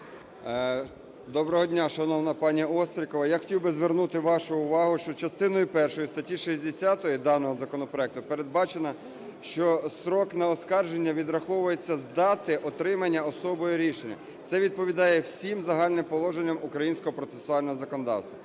Доброго дня, шановна пані Острікова! Я хотів би звернути вашу увагу, що частиною першою статті 60 даного законопроекту передбачено, що строк на оскарження відраховується з дати отримання особою рішення. Це відповідає всім загальним положенням українського процесуального законодавства.